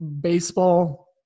baseball